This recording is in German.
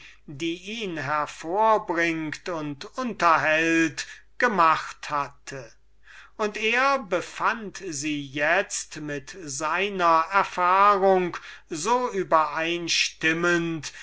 die ihn hervorbringt und unterhält gemacht hatte und befand sie itzt mit seiner erfahrung so übereinstimmend